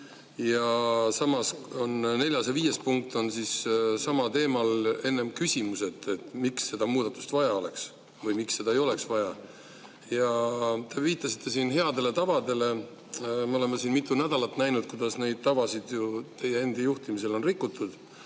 Samas on neljas ja viies punkt, samal teemal on enne küsimused, miks seda muudatust vaja oleks või miks seda ei oleks vaja. Ja te viitasite siin headele tavadele. Me oleme siin mitu nädalat näinud, kuidas neid tavasid teie enda juhtimisel on rikutud.